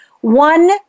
One